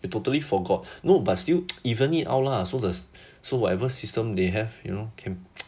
you totally forgot no but still even it out lah so there's so whatever system they have you know can